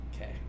Okay